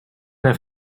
have